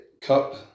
cup